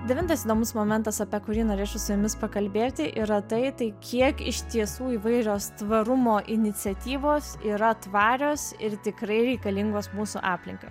devintas įdomus momentas apie kurį norėčiau su jumis pakalbėti yra tai tai kiek iš tiesų įvairios tvarumo iniciatyvos yra tvarios ir tikrai reikalingos mūsų aplinkai